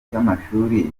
cy’amashuri